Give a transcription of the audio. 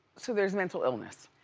so there's mental illness?